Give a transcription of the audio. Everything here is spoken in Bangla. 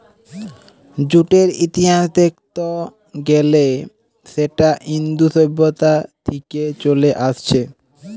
জুটের ইতিহাস দেখত গ্যালে সেটা ইন্দু সভ্যতা থিকে চলে আসছে